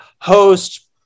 host